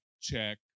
check